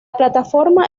plataforma